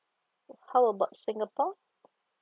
how about singapore